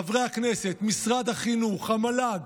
חברי הכנסת, משרד החינוך, המל"ג,